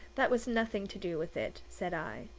that has nothing to do with it, said i,